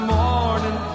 morning